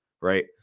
right